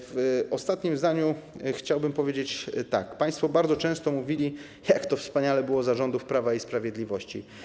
W ostatnim zdaniu chciałbym powiedzieć, że państwo bardzo często mówili, jak wspaniale było za rządów Prawa i Sprawiedliwości.